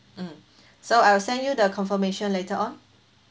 mm so I will send you the confirmation later on